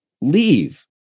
leave